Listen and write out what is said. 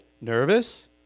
nervous